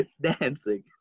dancing